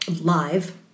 live